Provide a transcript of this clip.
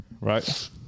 Right